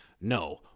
No